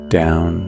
down